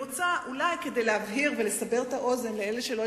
כדי להבהיר ולסבר את האוזן לאלה שלא